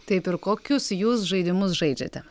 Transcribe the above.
taip ir kokius jūs žaidimus žaidžiate